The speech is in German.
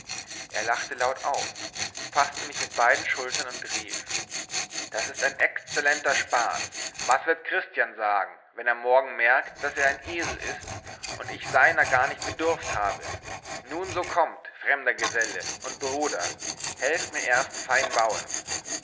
er lachte laut auf faßte mich bei beiden schultern und rief das ist ein exzellenter spaß was wird christian sagen wenn er morgen merkt daß er ein esel ist und ich seiner gar nicht bedurft habe nun so kommt fremder geselle und bruder helft mir erst fein bauen